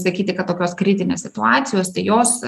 sakyti kad tokios kritinės situacijos tai jos